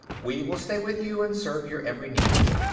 we will stay with you and serve your every need.